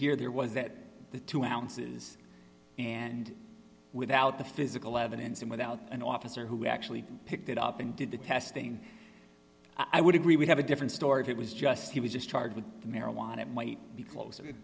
here there was that the two ounces and without the physical evidence and without an officer who actually picked it up and did the testing i would agree would have a different story if it was just he was just charged with the marijuana it might be closer to